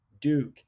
Duke